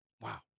wow